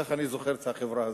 כך אני זוכר את החברה הזאת.